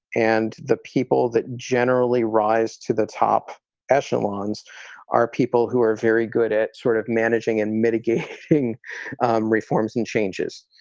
and the people that generally rise to the top echelons are people who are very good at sort of managing and mitigating reforms and changes